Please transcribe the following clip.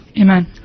Amen